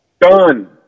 done